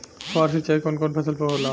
फुहार सिंचाई कवन कवन फ़सल पर होला?